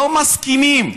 לא מסכימים.